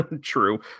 true